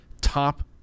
top